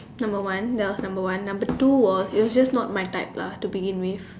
number one that was number one number two was it was just not my type lah to begin with